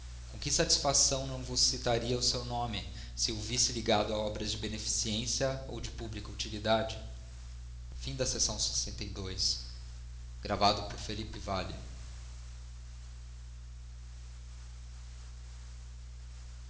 com que satisfação não vos citaria eu o seu nome se o visse ligado a obras de beneficência ou de publica utilidade